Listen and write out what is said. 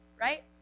right